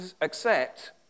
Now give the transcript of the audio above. accept